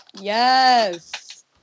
Yes